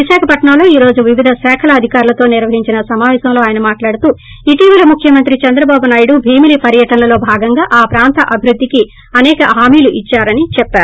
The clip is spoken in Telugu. విశోఖపట్నంలో ఈ రోజు వివిధ శాఖల అధికారులతో నిర్వహించిన సమాపేశంలో ఆయన మాట్లాడుతూ ఇటివల ముఖ్యమంత్రి చంద్రబాబు నాయుడు భీమిలీ పర్యటనలో భాగంగా ఆ ప్రాంత అభివృద్దికి అసేక హామీలు ఇచ్చామని చెప్పారు